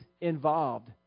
involved